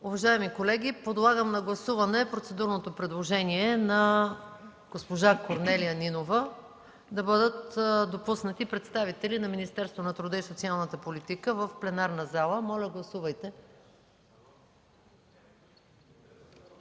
Уважаеми колеги, подлагам на гласуване процедурното предложение на госпожа Корнелия Нинова да бъдат допуснати представители на Министерството на труда и социалната политика в пленарната зала. Моля, гласувайте.